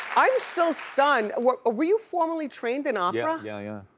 i'm still stunned. were were you formally trained in opera? yeah. yeah